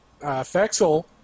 Fexel